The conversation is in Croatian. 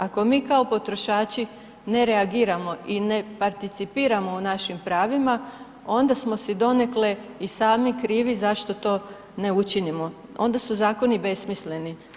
Ako mi kao potrošači ne reagiramo i ne participiramo u našim pravima onda smo si donekle i sami krivi zašto to ne učinimo, onda su zakoni besmisleni.